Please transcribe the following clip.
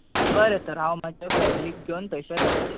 बरें तर हांव म्हजा फॅमिलीक घेवन थंयसर येता